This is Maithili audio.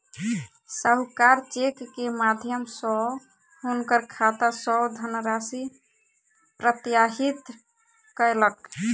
साहूकार चेक के माध्यम सॅ हुनकर खाता सॅ धनराशि प्रत्याहृत कयलक